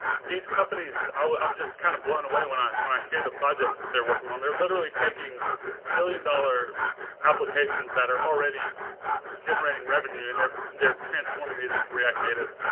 these companies i'm just kind of blown away when i when i hear the projects that they're working on. they're literally taking billion dollar applications that are already generating revenue and they're they're transforming these into react native.